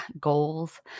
goals